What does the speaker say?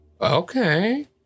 Okay